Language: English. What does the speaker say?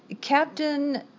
Captain